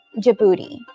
Djibouti